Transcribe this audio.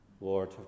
Lord